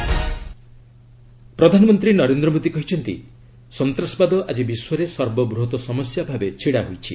PM BRICS ପ୍ରଧାନମନ୍ତ୍ରୀ ନରେନ୍ଦ୍ର ମୋଦୀ କହିଛନ୍ତି ସନ୍ତାସବାଦ ଆଜି ବିଶ୍ୱରେ ସର୍ବବୃହତ୍ ସମସ୍ୟା ଭାବେ ଛିଡ଼ା ହୋଇଛି